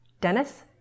Dennis